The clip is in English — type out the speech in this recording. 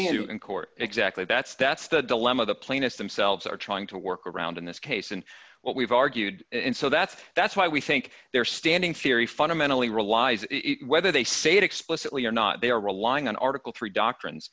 it in court exactly that's that's the dilemma the plaintiffs themselves are trying to work around in this case and what we've argued and so that's that's why we think their standing theory fundamentally relies on whether they say it explicitly or not they are relying on arctic three doctrines